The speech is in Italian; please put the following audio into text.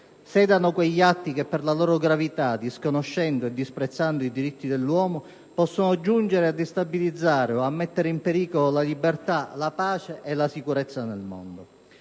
sedano quegli atti che per la loro gravità, disconoscendo e disprezzando i diritti dell'uomo, possono giungere a destabilizzare o a mettere in pericolo la libertà, la pace e la sicurezza nel mondo.